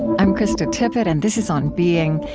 i'm krista tippett, and this is on being.